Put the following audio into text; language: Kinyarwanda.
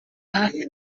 hafi